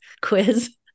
quiz